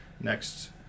next